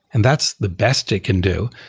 and that's the best it can do.